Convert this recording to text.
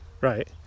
right